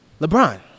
LeBron